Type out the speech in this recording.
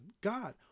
God